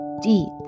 deep